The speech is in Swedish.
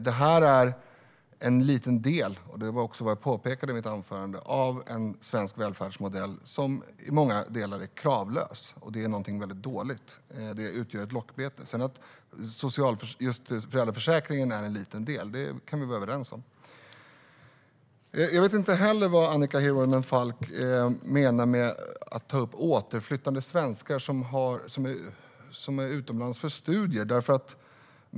Detta är en liten del, vilket jag också påpekade i mitt anförande, av en svensk välfärdsmodell som i många delar är kravlös, och det är någonting väldigt dåligt. Det utgör ett lockbete. Att sedan just föräldraförsäkringen är en liten del kan vi vara överens om. Jag vet inte heller vad Annika Hirvonen Falk menar med att ta upp återflyttande svenskar som varit utomlands för studier.